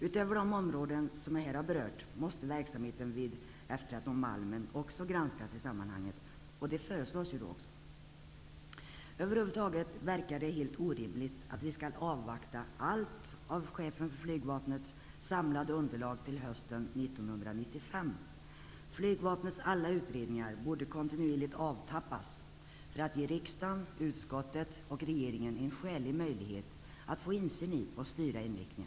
Utöver de områden jag här har berört måste verksamheten vid F 13 Malmen också granskas. Det föreslås ju också. Det verkar över huvud taget helt orimligt att vi skall avvakta till hösten 1995 och få allt av chefen för flygvapnet samlat underlag. Flygvapnets alla utredningar borde kontinuerligt avtappas för att ge riksdagen, utskottet och regeringen en skälig möjlighet att få insyn i och styra inriktningen.